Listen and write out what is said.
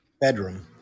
bedroom